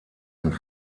und